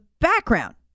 background